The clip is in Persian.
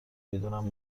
میدونم